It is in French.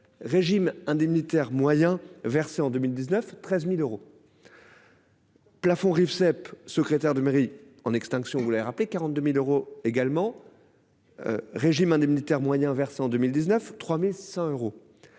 Régime indemnitaire moyen, versé en 2019, 13.000 euros. Plafond Rifseep secrétaire de mairie en extinction. Vous l'avez rappelé 42.000 euros également. Régime indemnitaire moyen, versé en 2019, 3100 euros.